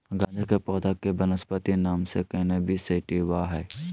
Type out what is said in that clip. गाँजा के पौधा के वानस्पति नाम कैनाबिस सैटिवा हइ